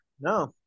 no